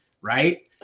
Right